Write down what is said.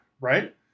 right